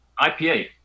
IPA